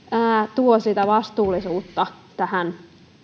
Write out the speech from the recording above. tuo sitä vastuullisuutta tähän